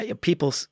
People